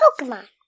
Pokemon